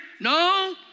No